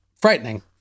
frightening